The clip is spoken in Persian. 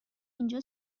اینجا